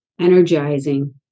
energizing